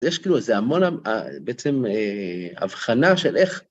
יש כאילו איזו המון, בעצם הבחנה של איך...